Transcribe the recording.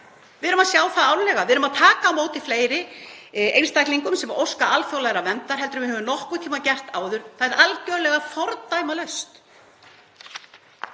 Við erum að sjá það árlega, við erum að taka á móti fleiri einstaklingum sem óska alþjóðlegrar verndar en við höfum nokkurn tímann gert áður. Það er algerlega fordæmalaust.